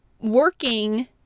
working